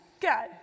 go